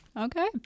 Okay